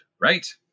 right